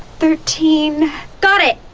thirteen got it!